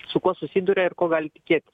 su kuo susiduria ir ko gali tikėtis